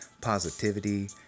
positivity